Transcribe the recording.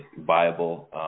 viable